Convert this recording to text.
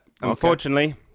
Unfortunately